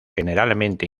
generalmente